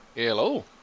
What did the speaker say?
Hello